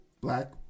black